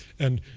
and